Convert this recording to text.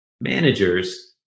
managers